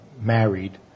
married